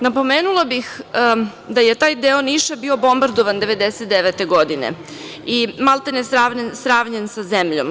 Napomenula bih da je taj deo Niša bio bombardovan 1999. godine, maltene sravnjen sa zemljom.